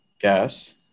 gas